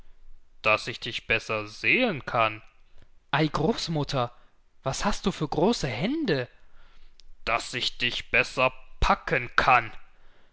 daß ich dich besser sehen kann ei großmutter was hast du für große hände daß ich dich besser packen kann